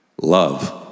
Love